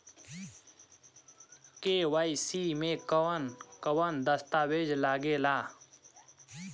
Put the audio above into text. KYC में कवन कवन दस्तावेज लागे ला?